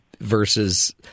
versus